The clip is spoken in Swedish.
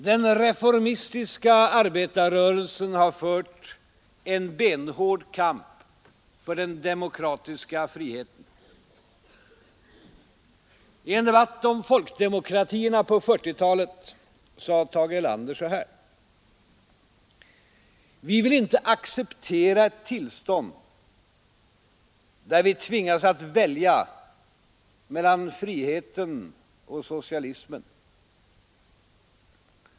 Den reformistiska arbetarrörelsen har fört en benhård kamp för den demokratiska friheten. I en debatt om folkdemokratierna på 1940-talet sade Tage Erlander: ”Vi vill inte acceptera ett tillstånd där vi tvingas att välja mellan friheten och socialismen.